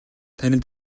танил